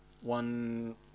one